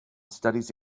studies